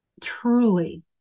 truly